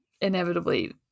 inevitably